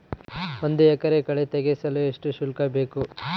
ಒಂದು ಎಕರೆ ಕಳೆ ತೆಗೆಸಲು ಎಷ್ಟು ಶುಲ್ಕ ಬೇಕು?